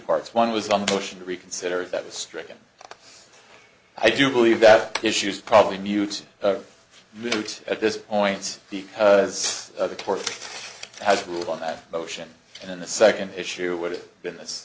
parts one was on the ocean reconsider that was stricken i do believe that issues probably mute moot at this point because the court has ruled on that motion and then the second issue would have been this